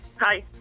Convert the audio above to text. Hi